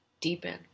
deepen